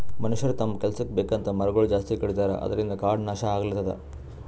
ಮನಷ್ಯರ್ ತಮ್ಮ್ ಕೆಲಸಕ್ಕ್ ಬೇಕಂತ್ ಮರಗೊಳ್ ಜಾಸ್ತಿ ಕಡಿತಾರ ಅದ್ರಿನ್ದ್ ಕಾಡ್ ನಾಶ್ ಆಗ್ಲತದ್